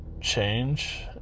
change